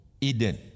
Eden